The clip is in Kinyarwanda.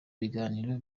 biganiro